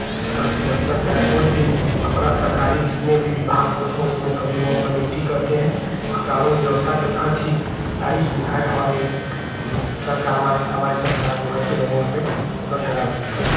तहसील अस्तर चाहे कोई भी अपना सरकारी जितने भी विभाग में थे उसमें सभी लोगों की नियुक्ति करते हैं और कानून व्यवस्था के तहत ही सारी सुविधाएँ हमारी सरकार हमारी सरकार जो है लोगों में उपलब्ध कराती है